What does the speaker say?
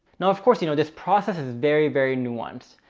no, of course, you know, this process is very, very nuanced.